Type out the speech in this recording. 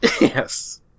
Yes